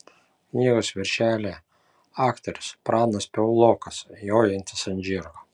knygos viršelyje aktorius pranas piaulokas jojantis ant žirgo